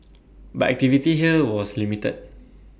but activity here was limited